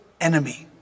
enemy